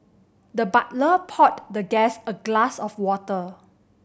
the butler poured the guest a glass of water